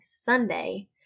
Sunday